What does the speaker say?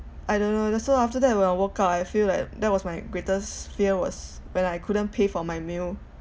I don't know so after that when I woke up I feel like that was my greatest fear was when I couldn't pay for my meal